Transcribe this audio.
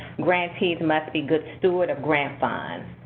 grantees must be good stewards of grant funds.